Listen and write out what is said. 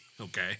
okay